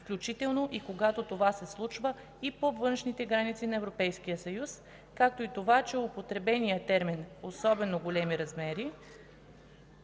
включително и когато това се случва и по вътрешните граници на Европейския съюз, както и това, че употребеният термин „особено големи размери”